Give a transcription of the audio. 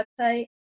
website